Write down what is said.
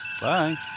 Bye